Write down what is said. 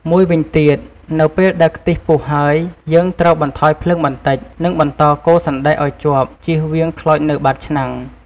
មួយវិញទៀត នៅពេលដែលខ្ទិះពុះហើយ យើងត្រូវបន្ថយភ្លើងបន្តិច និងបន្តកូរសណ្តែកឲ្យជាប់ ជៀសវាងខ្លោចនៅបាតឆ្នាំង។